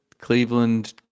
Cleveland